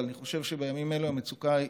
אבל אני חושב שבימים האלה המצוקה היא,